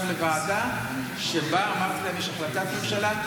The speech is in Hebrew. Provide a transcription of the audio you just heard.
לוועדה שבה אמרתי להם שיש החלטת ממשלה,